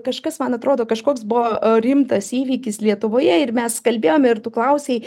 kažkas man atrodo kažkoks buvo rimtas įvykis lietuvoje ir mes kalbėjome ir tu klausei